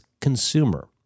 consumer